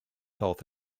health